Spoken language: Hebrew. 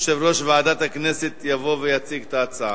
יושב-ראש ועדת הכנסת, יבוא ויציג את ההצעה.